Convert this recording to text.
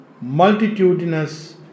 multitudinous